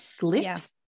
glyphs